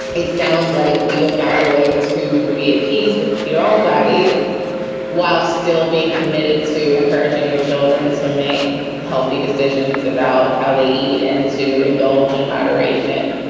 it sounds like you have found a way to be at peace with your own body while still being committed to encouraging your children to make healthy decisions about how they eat and to indulge in moderation.